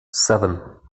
seven